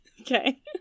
Okay